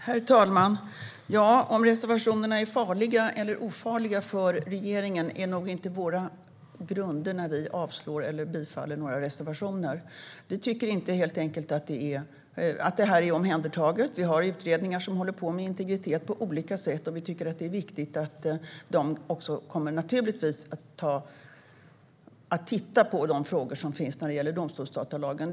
Herr talman! Om reservationerna är farliga eller ofarliga för regeringen är nog inte våra grunder när vi avstyrker eller yrkar bifall till några reservationer. Vi tycker helt enkelt att det här är omhändertaget. Det finns utredningar som håller på med integritet på olika sätt, och de kommer naturligtvis att titta på de frågor som finns när det gäller domstolsdatalagen.